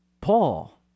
Paul